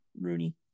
Rooney